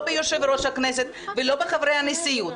לא ביושב-ראש הכנסת ולא בחברי הנשיאות.